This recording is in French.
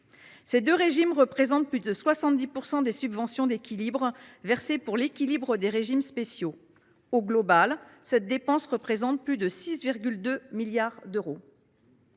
Ces deux régimes représentent plus de 70 % des subventions d’équilibre des régimes spéciaux. Au total, cette dépense représente plus de 6,2 milliards d’euros.